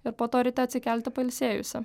ir po to ryte atsikelti pailsėjusi